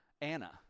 Anna